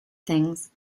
things